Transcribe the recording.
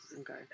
Okay